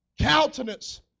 Countenance